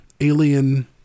alien